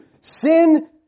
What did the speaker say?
Sin